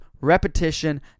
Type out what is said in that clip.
repetition